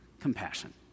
compassion